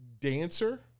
dancer